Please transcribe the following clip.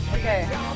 Okay